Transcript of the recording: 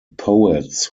poets